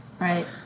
Right